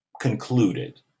concluded